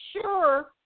sure